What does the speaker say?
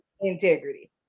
integrity